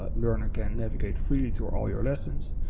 ah learn again navigate freely to all your lessons,